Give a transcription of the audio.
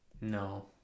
No